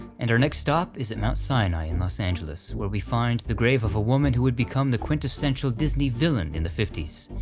and our next stop is at mount sinai in los angeles, where we find the grave of a woman who would become the quintessential disney villain in the fifty s,